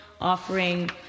offering